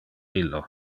illo